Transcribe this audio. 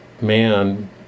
man